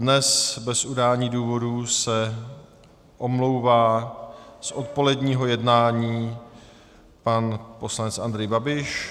Dnes bez udání důvodu se omlouvá z odpoledního jednání pan poslanec Andrej Babiš.